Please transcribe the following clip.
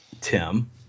Tim